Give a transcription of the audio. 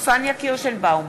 פניה קירשנבאום,